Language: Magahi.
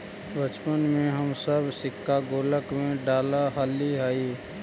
बचपन में हम सब सिक्का गुल्लक में डालऽ हलीअइ